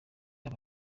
aba